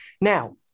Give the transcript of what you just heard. Now